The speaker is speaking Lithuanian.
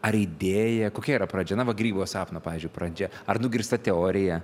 ar idėja kokia yra pradžia na va grybo sapno pavyzdžiui pradžia ar nugirsta teorija